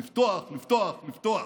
לפתוח, לפתוח, לפתוח.